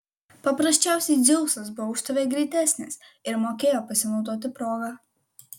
paprasčiausiai dzeusas buvo už tave greitesnis ir mokėjo pasinaudoti proga